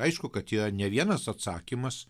aišku kad yra ne vienas atsakymas